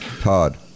Todd